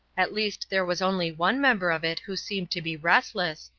at least there was only one member of it who seemed to be restless,